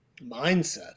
mindset